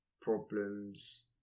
problems